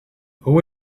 who